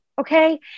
Okay